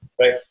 right